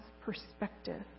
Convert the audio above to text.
perspective